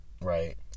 right